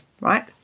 right